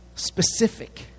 Specific